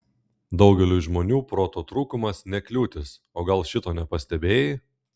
daugeliui žmonių proto trūkumas ne kliūtis o gal šito nepastebėjai